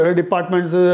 departments